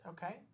Okay